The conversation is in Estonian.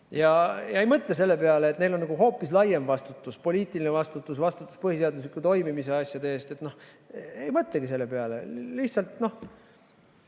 Ta ei mõtle selle peale, et neil on hoopis laiem vastutus, poliitiline vastutus, vastutus põhiseaduslike asjade toimimise eest. Ta ei mõtlegi selle peale, lihtsalt: